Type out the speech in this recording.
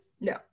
No